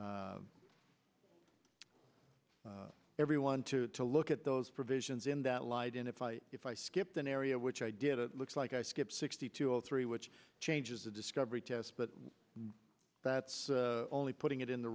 encourage everyone to to look at those provisions in that light and if i if i skipped an area which i did it looks like i skipped sixty two or three which changes the discovery test but that's only putting it in the